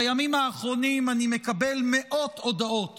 בימים האחרונים אני מקבל מאות הודעות